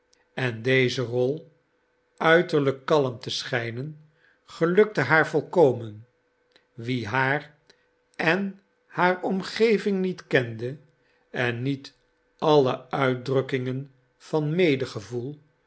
en deze rol uiterlijk kalm te schijnen gelukte haar volkomen wie haar en haar omgeving niet kende en niet alle uitdrukkingen van